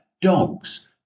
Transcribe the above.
dogs